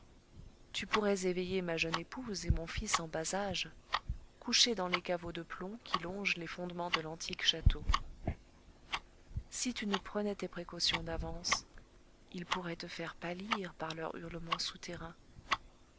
tu pourrais éveiller ma jeune épouse et mon fils en bas âge couchés dans les caveaux de plomb qui longent les fondements de l'antique château si tu ne prenais tes précautions d'avance ils pourraient te faire pâlir par leurs hurlements souterrains